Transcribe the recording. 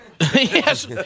Yes